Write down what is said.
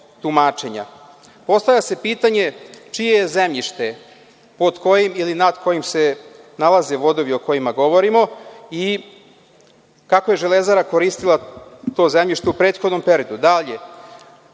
tumačenja. Postavlja se pitanje, čije je zemljište, pod kojim ili nad kojim se nalaze vodovi o kojima govorimo i kako je „Železara“ koristila to zemljište u prethodnom periodu. Dalje,